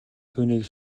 түүнийг